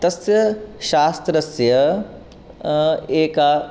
तस्य शास्त्रस्य एका